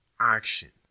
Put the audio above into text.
action